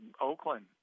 Oakland